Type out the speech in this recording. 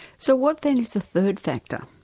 so what then is the third factor?